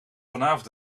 vanavond